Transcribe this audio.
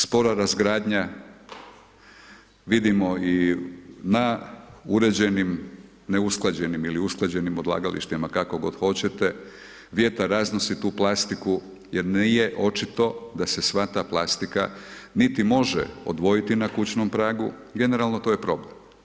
Spora razgradnja, vidimo i na uređenim neusklađenim ili usklađenim odlagalištima, kako god hoćete, vjetar raznosi tu plastiku, jer nije očito da se sva ta plastika niti može odvojiti na kućnom pragu, generalno to je problem.